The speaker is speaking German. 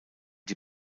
die